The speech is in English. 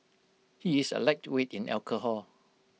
he is A lightweight in alcohol